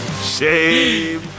shame